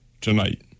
tonight